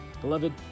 Beloved